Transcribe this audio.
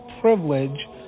privilege